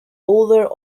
older